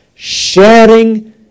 Sharing